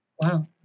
Wow